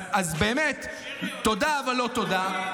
אז באמת תודה, אבל לא תודה.